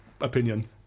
opinion